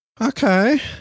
Okay